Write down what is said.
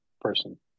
person